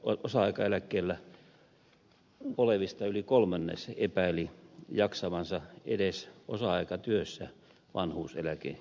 tutkimuksessa osa aikaeläkkeellä olevista yli kolmannes epäili jaksavansa edes osa aikatyössä vanhuuseläkeikään